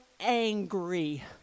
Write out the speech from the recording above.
angry